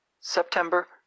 September